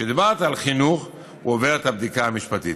ודיברת על חינוך, הוא עובר את הבדיקה המשפטית.